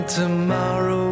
tomorrow